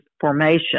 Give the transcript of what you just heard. Formation